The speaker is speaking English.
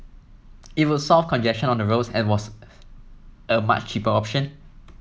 it would solve congestion on the roads and was a much cheaper option